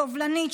סובלנית,